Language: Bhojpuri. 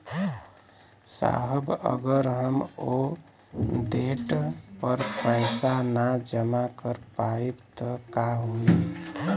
साहब अगर हम ओ देट पर पैसाना जमा कर पाइब त का होइ?